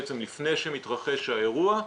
בעצם לפני שמתרחש האירוע,